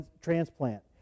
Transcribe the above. transplant